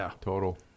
total